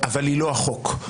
היא לא החוק.